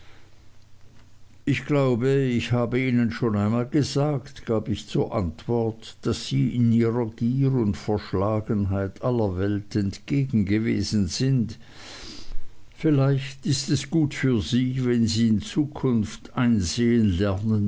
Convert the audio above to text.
ich glaube ich habe ihnen schon einmal gesagt gab ich zur antwort daß sie in ihrer gier und verschlagenheit aller welt entgegen gewesen sind vielleicht ist es gut für sie wenn sie in zukunft einsehen lernen